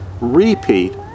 repeat